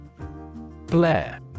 Blair